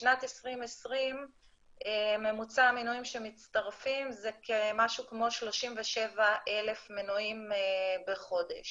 בשנת 2020 ממוצע המנויים שמצטרפים זה משהו כמו 37,000 מנויים בחודש.